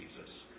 Jesus